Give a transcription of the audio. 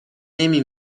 نمی